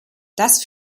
das